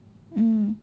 mm